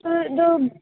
جب